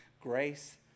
grace